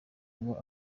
ngo